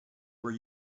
were